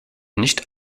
nicht